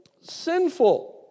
sinful